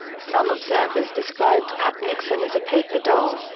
some observers described pat nixon as a paper doll,